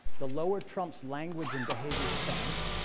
the lower trump's language and behavior sank,